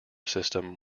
system